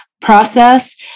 process